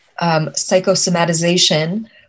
psychosomatization